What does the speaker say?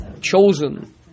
chosen